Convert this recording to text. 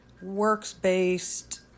works-based